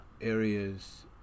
areas